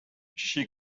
she